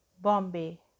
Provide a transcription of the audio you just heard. Bombay